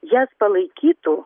jas palaikytų